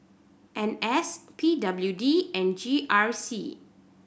N S P W D and G R C